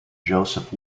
joseph